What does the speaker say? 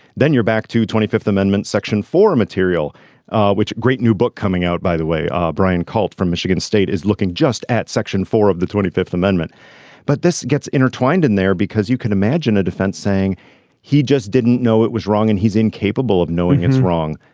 then you're back to twenty fifth amendment section four material which great new book coming out by the way um brian cult from michigan state is looking just at section four of the twenty fifth amendment but this gets intertwined in there because you can imagine a defense saying he just didn't know it was wrong and he's incapable of knowing it's wrong.